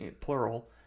plural